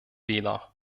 wähler